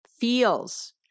feels